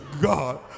God